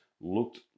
looked